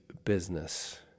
business